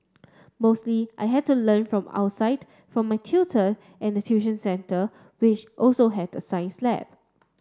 mostly I had to learn from outside from my tutor and the tuition centre which also had a science lab